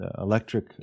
electric